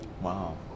Wow